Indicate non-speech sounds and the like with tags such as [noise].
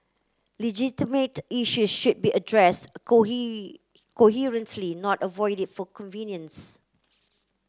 legitimate issue should be addressed [unintelligible] coherently not avoided for convenience